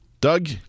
Doug